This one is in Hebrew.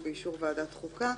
ובאישור ועדת החוקה,